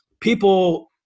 people